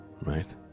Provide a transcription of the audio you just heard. Right